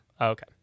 Okay